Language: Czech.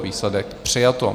Výsledek: přijato.